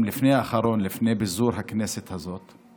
הלפני-אחרון לפני פיזור הכנסת הזאת.